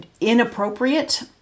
inappropriate